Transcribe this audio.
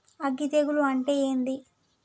అగ్గి తెగులు అంటే ఏంది?